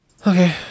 Okay